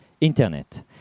internet